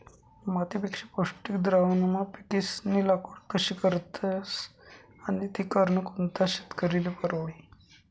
मातीपेक्षा पौष्टिक द्रावणमा पिकेस्नी लागवड कशी करतस आणि ती करनं कोणता शेतकरीले परवडी?